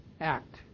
act